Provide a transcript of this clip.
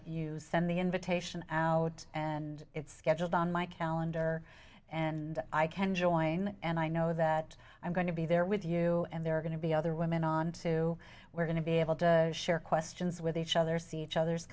you send the invitation out and it's scheduled on my calendar and i can join and i know that i'm going to be there with you and there are going to be other women on to we're going to be able to share questions with each other see each other's